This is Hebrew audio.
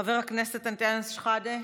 חבר הכנסת אנטאנס שחאדה,